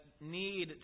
need